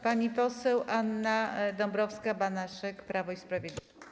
Pani poseł Anna Dąbrowska-Banaszek, Prawo i Sprawiedliwość.